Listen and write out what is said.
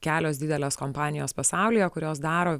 kelios didelės kompanijos pasaulyje kurios daro